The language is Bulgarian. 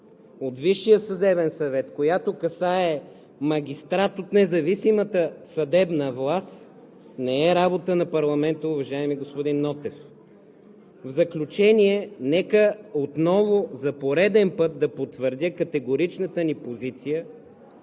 от Висшия съдебен съвет, която касае магистрат от независимата съдебна власт, не е работа на парламента, уважаеми господин Нотев. В заключение, нека отново за пореден път да потвърдя категоричната ни позиция,